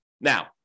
Now